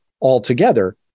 altogether